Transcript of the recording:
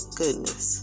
goodness